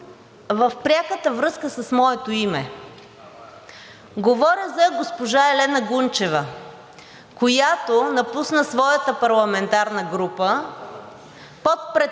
в пряката връзка с моето име. Говоря за госпожа Елена Гунчева, която напусна своята парламентарна група под претекст,